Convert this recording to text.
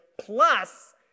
plus